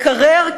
מקרר,